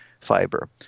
fiber